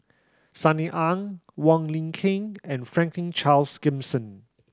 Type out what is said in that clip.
Sunny Ang Wong Lin Ken and Franklin Charles Gimson